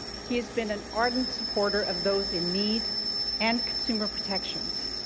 he has been an ardent supporter of those in need and consumer protections.